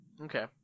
Okay